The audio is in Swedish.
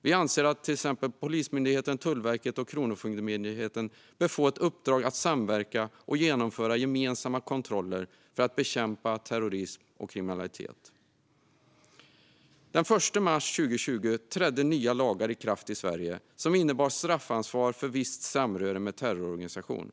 Vi anser att Polismyndigheten, Tullverket och Kronofogdemyndigheten bör få ett uppdrag att samverka och genomföra gemensamma kontroller för att bekämpa terrorism och kriminalitet. Den l mars 2020 trädde nya lagar i kraft i Sverige som innebär straffansvar för visst samröre med terrororganisation.